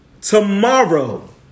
Tomorrow